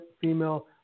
female